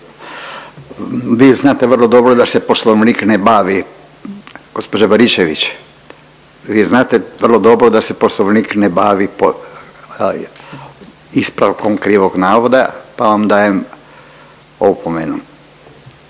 vi znate vrlo dobro da se poslovnik ne bavi ispravkom krivog navoda pa vam dajem opomenu.